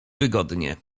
wygodnie